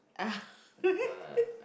ah